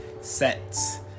sets